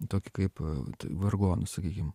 tokį kaip a tai vargonų sakykim